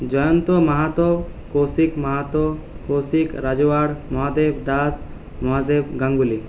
Jayanta Mahato Kaushik Mahato Kaushik Rajwar Mahadev Das Mahadev Ganguly